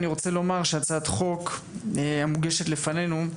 אני רוצה לומר שהצעת החוק המוגשת לפנינו,